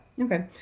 okay